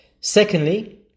Secondly